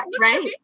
right